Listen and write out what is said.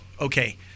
okay